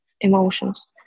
emotions